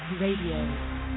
Radio